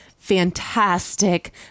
fantastic